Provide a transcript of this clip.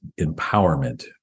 empowerment